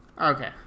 Okay